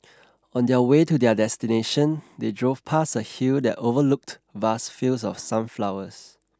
on their way to their destination they drove past a hill that overlooked vast fields of sunflowers